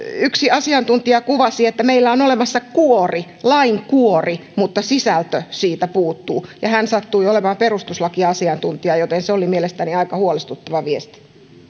yksi asiantuntia kuvasi hyvin että meillä on olemassa kuori lain kuori mutta sisältö siitä puuttuu hän sattui olemaan perustuslakiasiantuntija joten se oli mielestäni aika huolestuttava viesti